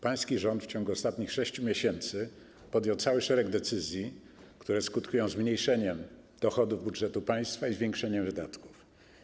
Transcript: Pański rząd w ciągu ostatnich 6 miesięcy podjął cały szereg decyzji, które skutkują zmniejszeniem dochodów budżetu państwa i zwiększeniem wydatków.